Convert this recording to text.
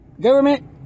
Government